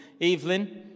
Evelyn